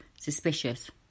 suspicious